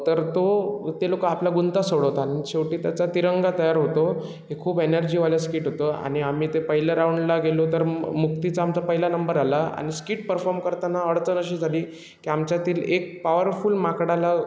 तर तो ते लोकं आपला गुंता सोडवतात शेवटी त्याचा तिरंगा तयार होतो हे खूप एनर्जीवालं स्किट होतं आणि आम्ही ते पहिल्या राऊंडला गेलो तर मु मुक्तीचा आमचा पहिला नंबर आला आणि स्किट परफॉर्म करताना अडचण अशी झाली की आमच्यातील एक पॉवरफुल माकडाला